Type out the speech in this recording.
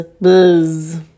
buzz